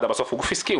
מד"א בסוף הוא גוף עסקי,